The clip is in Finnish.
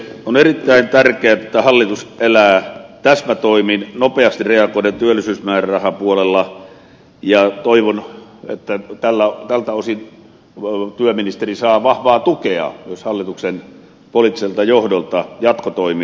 on erittäin tärkeää että hallitus elää täsmätoimin nopeasti reagoiden työllisyysmäärärahapuolella ja toivon että tältä osin työministeri saa vahvaa tukea myös hallituksen poliittiselta johdolta jatkotoimiin